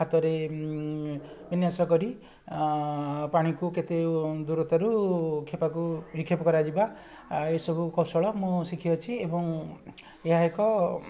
ହାତରେ ଉନ୍ୟାସ କରି ପାଣିକୁ କେତେ ଦୂରତାରୁ କ୍ଷେପାକୁ ନିକ୍ଷେପ କରାଯିବା ଆଉ ଏସବୁ କୌଶଳ ମୁଁ ଶିଖିଅଛି ଏବଂ ଏହା ଏକ